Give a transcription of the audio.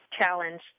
challenge